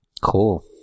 Cool